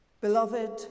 Beloved